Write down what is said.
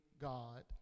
God